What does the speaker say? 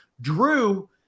Drew